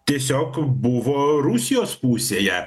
tiesiog buvo rusijos pusėje